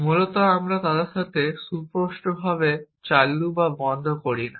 মূলত আমরা তাদের সাথে সুস্পষ্টভাবে চালু এবং বন্ধ করি না